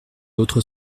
autres